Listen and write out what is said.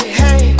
hey